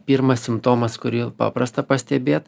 pirmas simptomas kurį paprasta pastebėt